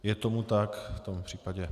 Je tomu tak, v tom případě...